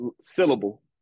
syllable